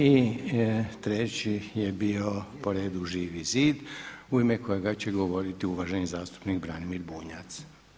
I treći je bio po redu Živi zid u ime kojega će govoriti uvaženi zastupnik Branimir Bunjac.